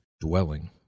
dwelling